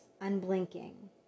unblinking